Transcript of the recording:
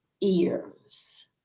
ears